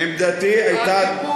עמדתי היתה שנים רבות.